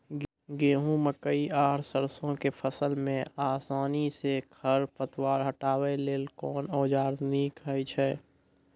गेहूँ, मकई आर सरसो के फसल मे आसानी सॅ खर पतवार हटावै लेल कून औजार नीक है छै?